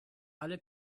alle